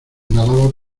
nadaba